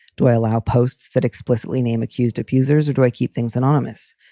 do i allow posts that explicitly name accused abusers or do i keep things anonymous?